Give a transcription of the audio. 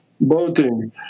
Boating